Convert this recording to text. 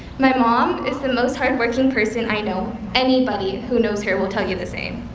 my mom is the most hard-working person i know. anybody who knows her will tell you the same.